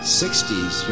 60s